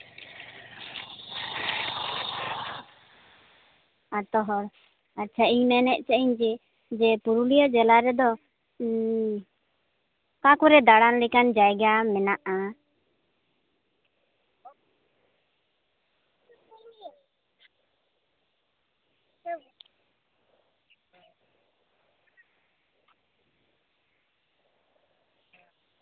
ᱟᱛᱳ ᱦᱚᱲ ᱟᱪᱪᱷᱟ ᱤᱧ ᱢᱮᱱᱮᱫ ᱛᱟᱦᱮᱱᱤᱧ ᱡᱮ ᱡᱮ ᱯᱩᱨᱩᱞᱤᱭᱟᱹ ᱡᱮᱞᱟ ᱨᱮᱫᱚ ᱚᱠᱟ ᱠᱚᱨᱮ ᱫᱟᱬᱟᱱ ᱞᱮᱠᱟ ᱡᱟᱭᱜᱟ ᱢᱮᱱᱟᱜᱼᱟ